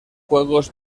juegos